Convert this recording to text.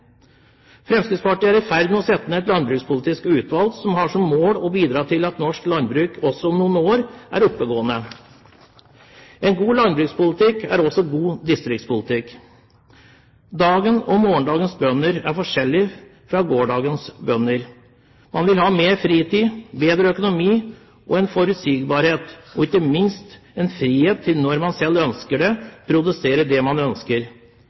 Fremskrittspartiet er i ferd med å sette ned et landbrukspolitisk utvalg som har som mål å bidra til at norsk landbruk også om noen år er oppegående. En god landbrukspolitikk er også god distriktspolitikk. Dagens og morgendagens bønder er forskjellige fra gårsdagens bønder. Man vil ha mer fritid, bedre økonomi og en forutsigbarhet, og ikke minst en frihet til når man selv ønsker det, å produsere det man ønsker.